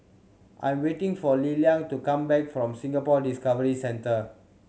I am waiting for Lillian to come back from Singapore Discovery Centre